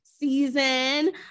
season